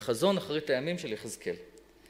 חזון אחרית הימים של יחזקאל